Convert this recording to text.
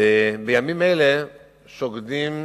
בימים אלה שוקדים